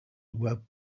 were